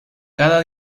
cada